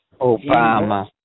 Obama